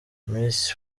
miss